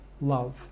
love